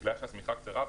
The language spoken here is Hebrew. בגלל שהשמיכה קצרה,